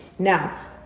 now,